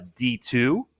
d2